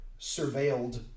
surveilled